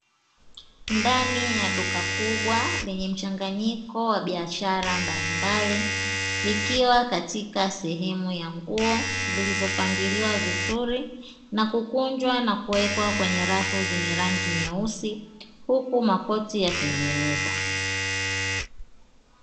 Ndani ya duka kubwa lenye mchangayiko wa biashara mbalimbali, likiwa katika sehemu ya mguo zilizopangiliwa vizuri na kukunjwa na kuwekwa kwenye rafu zenye rangi nyeusi huku makoti yakininginizwa.